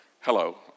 hello